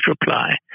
reply